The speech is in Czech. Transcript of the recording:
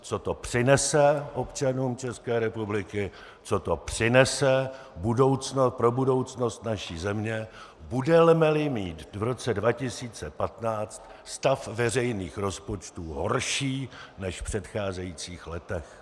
Co to přinese občanům České republiky, co to přinese pro budoucnost naší země, budemeli mít v roce 2015 stav veřejných rozpočtů horší než v předcházejících letech?